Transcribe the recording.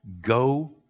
go